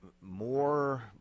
more